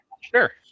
Sure